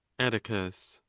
atticus.